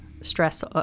stress